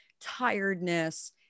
tiredness